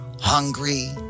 hungry